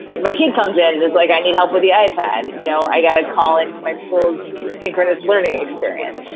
my kid comes in. it's like i need help with the i-pad. you know, i got a call in my school synchronous learning experience.